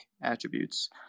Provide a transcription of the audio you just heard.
attributes